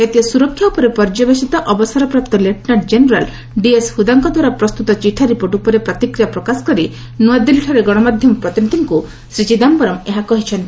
ଜାତୀୟ ସୁରକ୍ଷା ଉପରେ ପର୍ଯ୍ୟବେଶିତ ଅବସରପ୍ରାପ୍ତ ଲେଫ୍ଟନାଣ୍ଟ ଜେନେରାଲ ଡିଏସ ହୁଦାଙ୍କ ଦ୍ୱାରା ପ୍ରସ୍ତୁତ ଚିଠା ରିପୋର୍ଟ ଉପରେ ପ୍ରତିକ୍ରିୟା ପ୍ରକାଶ କରି ନୃଆଦିଲ୍ଲୀଠାରେ ଗଣମାଧ୍ୟମ ପ୍ରତିନିଧିଙ୍କୁ ଶ୍ରୀ ଚିଦାୟରମ୍ ଏହା କହିଚ୍ଛନ୍ତି